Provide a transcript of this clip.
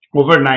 overnight